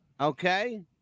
Okay